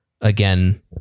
again